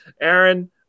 Aaron